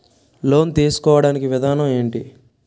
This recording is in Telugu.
లోన్ తీసుకోడానికి విధానం ఏంటి?